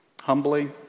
humbly